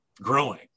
growing